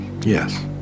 Yes